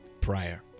prior